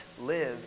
live